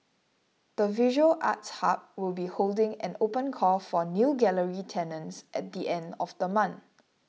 the visual arts hub will be holding an open call for new gallery tenants at the end of the month